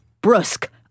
brusque